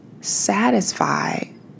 satisfied